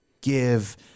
give